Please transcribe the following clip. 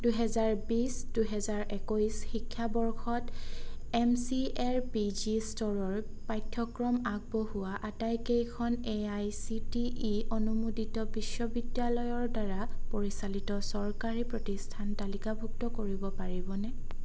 দুই হেজাৰ বিশ দুই হেজাৰ একৈছ শিক্ষাবৰ্ষত এম চি এৰ পি জি স্তৰৰ পাঠ্যক্ৰম আগবঢ়োৱা আটাইকেইখন A I C T E অনুমোদিত বিশ্ববিদ্যালয়ৰ দ্বাৰা পৰিচালিত চৰকাৰী প্ৰতিষ্ঠান তালিকাভুক্ত কৰিব পাৰিবনে